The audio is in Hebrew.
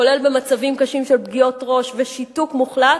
כולל מצבים קשים של פגיעות ראש ושיתוק מוחלט,